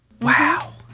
Wow